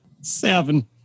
Seven